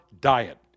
diet